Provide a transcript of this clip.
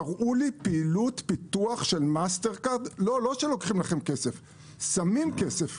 תראו לי פעילות פיתוח של מאסטרקארד, ששמים כסף